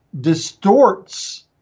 distorts